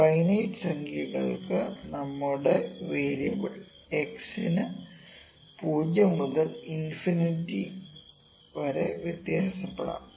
finite സംഖ്യകൾക്കു നമ്മുടെ variable x നു '0' മുതൽ ഇൻഫിനിറ്റി '∞' വരെ വ്യത്യാസപ്പെടാം